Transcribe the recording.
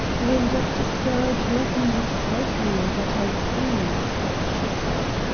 when doctor sparrow told me you could help me i got out these, she said.